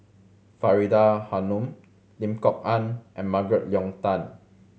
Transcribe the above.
Faridah Hanum Lim Kok Ann and Margaret Leng Tan